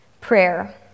Prayer